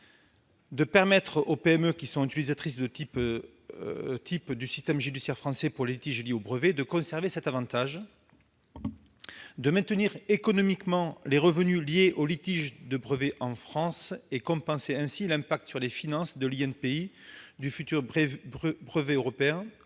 du PCT et aux PME qui sont les utilisatrices types du système judiciaire français pour les litiges liés aux brevets de conserver cet avantage. Il s'agit aussi de maintenir économiquement les revenus liés aux litiges de brevets en France et de compenser l'impact sur les finances de l'INPI du futur brevet européen